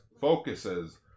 focuses